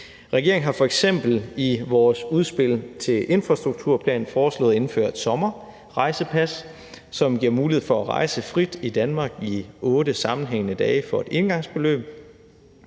Regeringen har f.eks. i vores udspil til en infrastrukturplan foreslået indført et sommerrejsepas, som giver mulighed for at rejse frit i Danmark i otte sammenhængende dage for et engangsbeløb.